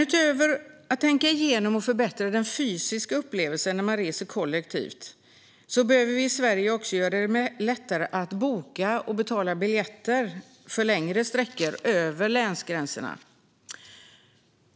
Utöver att tänka igenom och förbättra den fysiska upplevelsen när man reser kollektivt behöver vi i Sverige också göra det lättare att boka och betala biljetter för längre sträckor, över länsgränserna.